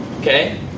Okay